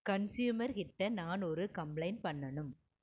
consumer கிட்ட நான் ஒரு கம்ப்ளெய்ன் பண்ணணும்